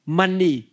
money